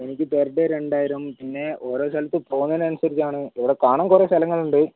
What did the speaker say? എനിക്ക് per day രണ്ടായിരം പിന്നെ ഓരോ സ്ഥലത്ത് പോണതിനനുസരിച്ചാണ് ഇവിടെ കാണാൻ കുറെ സ്ഥലങ്ങളുണ്ട്